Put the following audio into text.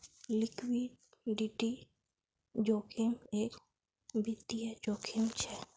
liquidity जोखिम एक वित्तिय जोखिम छे